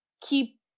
keep